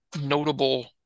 Notable